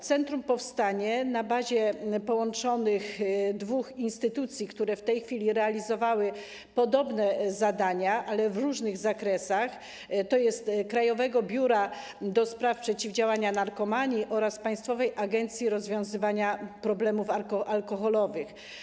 Centrum powstanie na bazie połączonych dwóch instytucji, które w tej chwili realizowały podobne zadania, ale w różnych zakresach, tj. Krajowego Biura do Spraw Przeciwdziałania Narkomanii oraz Państwowej Agencji Rozwiązywania Problemów Alkoholowych.